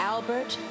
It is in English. Albert